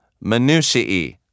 minutiae